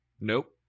Nope